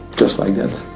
just like that,